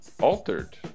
altered